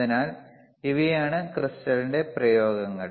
അതിനാൽ ഇവയാണ് ക്രിസ്റ്റലിന്റെ പ്രയോഗങ്ങൾ